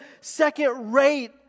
second-rate